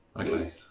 Okay